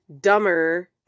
dumber